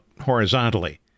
horizontally